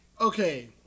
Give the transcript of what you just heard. Okay